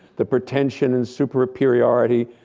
the pretention and superiority,